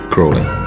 Crawling